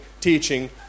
teaching